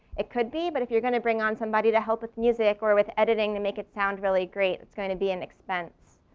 it could be but if you're gonna bring on somebody to help with music or with editing to make it sound really great, it's gonna be an expense.